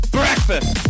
breakfast